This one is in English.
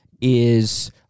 is-